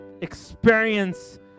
experience